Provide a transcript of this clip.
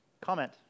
Comment